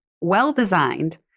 well-designed